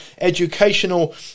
educational